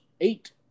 eight